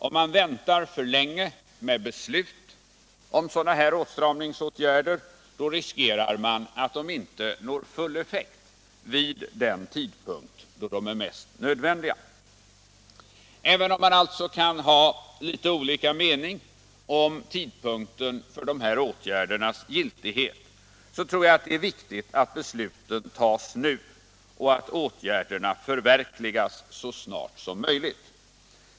Om man väntar för länge med beslut om åtstramningsåtgärder, riskerar man att de inte når full effekt vid den tidpunkt då de är mest nödvändiga. Även om man alltså kan ha litet olika mening om tidpunkten för de här åtgärdernas giltighet, så tror jag att det är viktigt att besluten tas nu och att åtgärderna förverkligas så snart som möjligt.